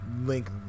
link